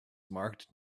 marked